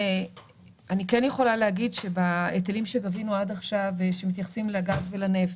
אני כן יכולה להגיד שבהיטלים שגבינו עד עכשיו שמתייחסים לגז ולנפט,